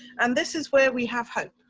and this is where we have hope.